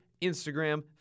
Instagram